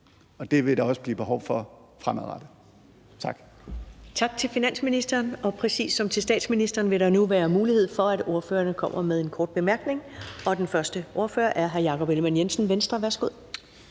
og det vil der også blive behov for fremadrettet. Tak.